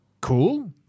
cool